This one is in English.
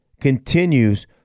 continues